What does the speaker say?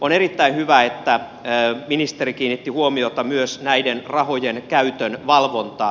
on erittäin hyvä että ministeri kiinnitti huomiota myös näiden rahojen käytön valvontaan